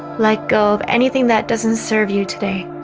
like go of anything that doesn't serve you today